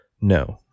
no